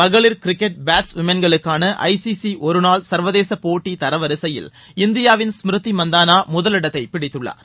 மகளிர் கிரிக்கெட் பேட்ஸ் உமன்களுக்கான ஐ சி சி சி ஒருநாள் சர்வதேச போட்டி தர வரிசையில் இந்தியாவின் ஸ்மிருதி மந்தானா முதலிடத்தைப் பிடித்துள்ளார்